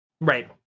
Right